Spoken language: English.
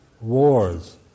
wars